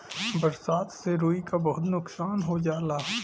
बरसात से रुई क बहुत नुकसान हो जाला